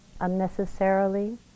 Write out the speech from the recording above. unnecessarily